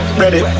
ready